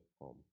home